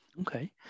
Okay